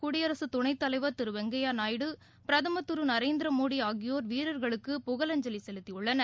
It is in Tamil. குடியரசுத் துணை தலைவர் திரு வெங்கப்யா நாயுடு பிரதமர் திரு நரேந்திர மோடி ஆகியோர் வீரர்களுக்கு புகழஞ்சலி செலுத்தியுள்ளார்